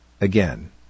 Again